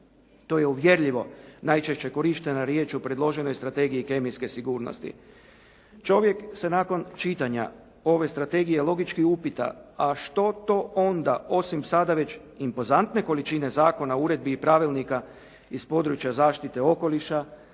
To je uvjerljivo najčešće korištena riječ u predloženoj Strategiji kemijske sigurnosti. Čovjek se nakon čitanja ove strategije logički upita a što to onda osim sada već impozantne količine zakona, uredbi i pravilnika iz područja zaštite okoliša,